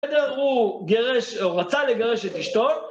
בסדר, הוא גרש, או רצה לגרש את אשתו.